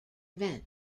event